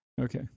Okay